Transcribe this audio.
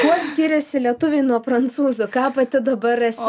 kuo skiriasi lietuviai nuo prancūzų ką pati dabar esi